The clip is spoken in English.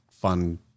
fun